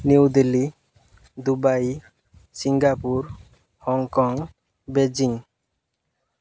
New Delhi Dubai Singapore Hong Kong Beijing